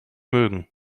mögen